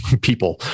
people